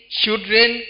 children